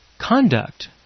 conduct